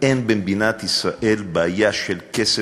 אין במדינת ישראל בעיה של כסף,